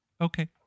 Okay